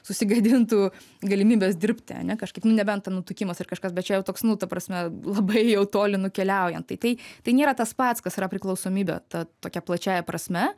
susigadintų galimybės dirbti ane kažkaip nu nebent ten nutukimas ar kažkas bet čia jau toks nu ta prasme labai jau toli nukeliaujant tai tai tai nėra tas pats kas yra priklausomybė ta tokia plačiąja prasme